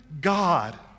God